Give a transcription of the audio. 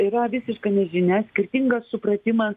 yra visiška nežinia skirtingas supratimas